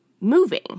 moving